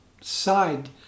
side